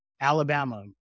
Alabama